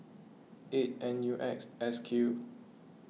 eight N U X S Q